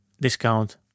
discount